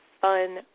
fun